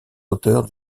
auteurs